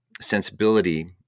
sensibility